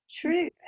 True